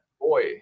boy